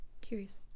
Curious